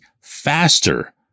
faster